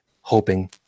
hoping